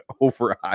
over